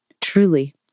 truly